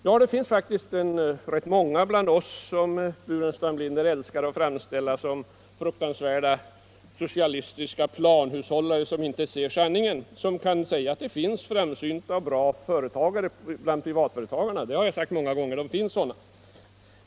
Ja, det är faktiskt rätt många bland oss — som herr Burenstam Linder älskar att framställa som fruktansvärda socialistiska planhushållare som inte ser sanningen — som anser att det finns framsynta och bra företagare bland privatföretagarna. Det har jag sagt många gånger.